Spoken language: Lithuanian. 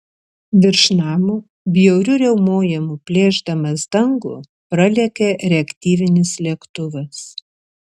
virš namo bjauriu riaumojimu plėšdamas dangų pralėkė reaktyvinis lėktuvas